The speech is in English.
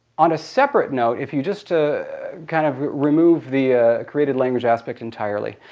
on a separate note, if you just to kind of remove the created language aspect entirely.